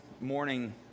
morning